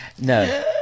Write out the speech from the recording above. No